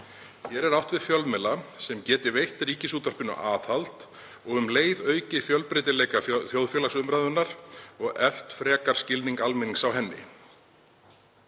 Hér er átt við fjölmiðla sem geti veitt Ríkisútvarpinu aðhald og um leið aukið fjölbreytileika þjóðfélagsumræðunnar og eflt frekar skilning almennings á henni.